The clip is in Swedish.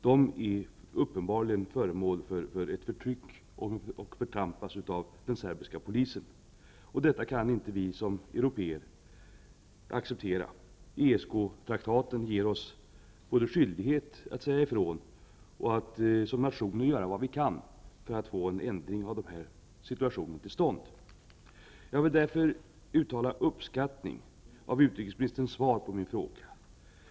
De är uppenbarligen föremål för ett förtryck och förtrampas av den serbiska polisen. Detta kan inte vi som européer acceptera. ESK-traktaten ger oss både skyldighet att säga ifrån och att som nation göra vad vi kan för att få en ändring av denna situation till stånd. Jag vill därför uttala uppskattning av utrikesministerns svar på min fråga.